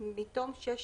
מתום 6